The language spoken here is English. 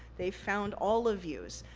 they found all of yous.